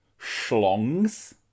schlongs